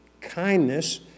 Kindness